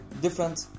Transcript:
different